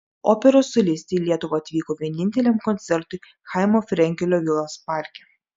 operos solistė į lietuvą atvyko vieninteliam koncertui chaimo frenkelio vilos parke